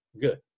good